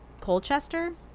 Colchester